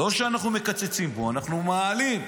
לא שאנחנו מקצצים בו, אנחנו מעלים.